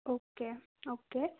okay okay